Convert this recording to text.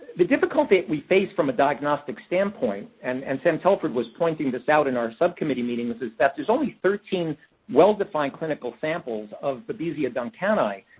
the difficulty we face from a diagnostic standpoint, and and sam telford was pointing this out in our subcommittee meeting, is that there's only thirteen well-defined clinical samples of babesia duncani,